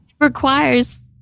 requires